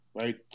right